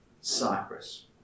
Cyprus